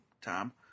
Tom